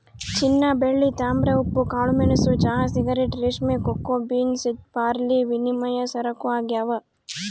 ಚಿನ್ನಬೆಳ್ಳಿ ತಾಮ್ರ ಉಪ್ಪು ಕಾಳುಮೆಣಸು ಚಹಾ ಸಿಗರೇಟ್ ರೇಷ್ಮೆ ಕೋಕೋ ಬೀನ್ಸ್ ಬಾರ್ಲಿವಿನಿಮಯ ಸರಕು ಆಗ್ಯಾವ